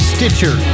Stitcher